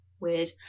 Weird